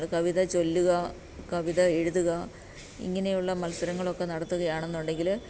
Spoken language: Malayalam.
കവിത ചൊല്ലുക കവിത എഴുതുക ഇങ്ങനെയുള്ള മത്സരങ്ങളൊക്കെ നടത്തുകയാണെന്ന് ഉണ്ടെങ്കിൽ